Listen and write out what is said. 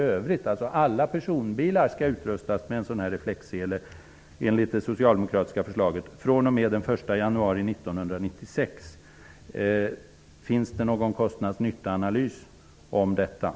Men jag menar att det vore att gå för långt att införa krav.